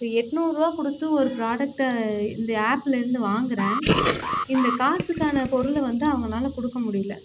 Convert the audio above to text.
ஒரு எட்நூறுபா கொடுத்து ஒரு ப்ரோடக்ட்டை இந்த ஆப்லேருந்து வாங்குறேன் இந்த காசுக்கான பொருளை வந்து அவுங்களால கொடுக்க முடியல